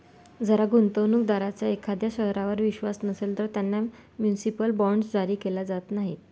जर गुंतवणूक दारांचा एखाद्या शहरावर विश्वास नसेल, तर त्यांना म्युनिसिपल बॉण्ड्स जारी केले जात नाहीत